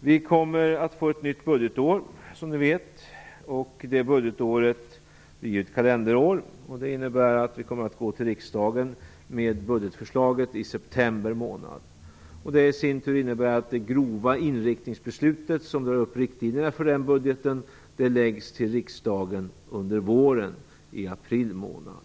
Vi får, som ni vet, ett nytt budgetår. Budgetåret bli ju ett kalenderår. Det innebär att vi kommer att gå till riksdagen med budgetförslaget i september månad. Det i sin tur innebär att det grova inriktningsbeslutet, som drar upp riktlinjerna för budgeten, läggs till riksdagen under våren, närmare bestämt i april månad.